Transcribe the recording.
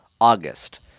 August